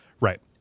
right